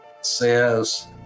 says